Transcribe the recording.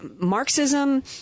Marxism